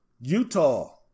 utah